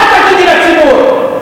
מה תגידי לציבור?